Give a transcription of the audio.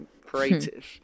creative